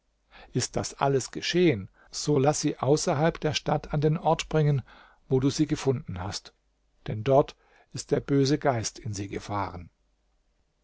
ist das alles geschehen so laß sie außerhalb der stadt an den ort bringen wo du sie gefunden hast denn dort ist der böse geist in sie gefahren